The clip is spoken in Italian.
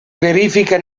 verifica